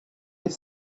est